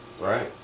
right